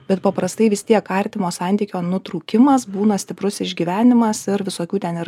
bet paprastai vis tiek artimo santykio nutraukimas būna stiprus išgyvenimas ir visokių ten ir